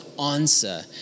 answer